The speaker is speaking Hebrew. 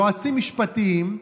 יועצים משפטיים,